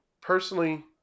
personally